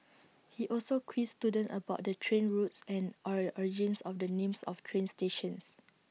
he also quizzed students about the train routes and or your origins of the names of train stations